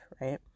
right